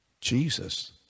Jesus